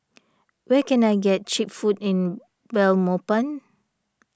where can I get Cheap Food in Belmopan